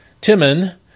Timon